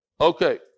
Okay